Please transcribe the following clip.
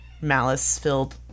malice-filled